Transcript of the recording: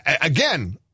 Again